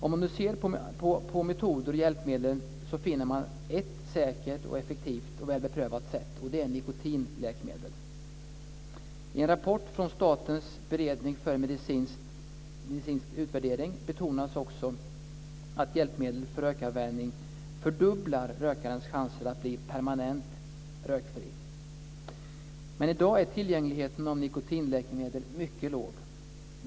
Om man nu ser på metoder och hjälpmedel finner man ett hjälpmedel som är säkert, effektivt och väl beprövat, och det är nikotinläkemedel. I en rapport från Statens beredning för medicinsk utvärdering betonas också att hjälpmedel för rökavvänjning fördubblar rökarens chanser att bli permanent rökfri. Men i dag är tillgängligheten av nikotinläkemedel mycket låg.